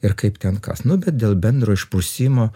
ir kaip ten kas nu bet dėl bendro išprusimo